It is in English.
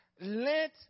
Let